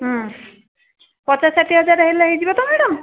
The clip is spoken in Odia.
ହଁ ପଚାଶ ଷାଠିଏ ହଜାର ହେଲେ ହେଇଯିବ ତ ମ୍ୟାଡ଼ାମ